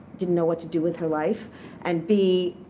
didn't know what to do with her life and, b,